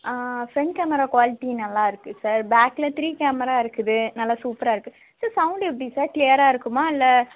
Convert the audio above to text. ஆ front camera quality நல்லாருக்கு sir பாக்கில் three camera இருக்குது நல்லா சூப்பராக இருக்கு சார் சவுண்ட் எப்படி சார் கிளையராக இருக்குமா இல்லை